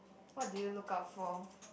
what do you look out for